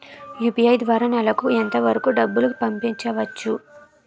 UPI ద్వారా నెలకు ఎంత వరకూ డబ్బులు పంపించవచ్చు?